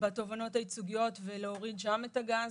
בתובענות הייצוגיות ולהוריד שם את הגז,